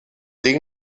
dic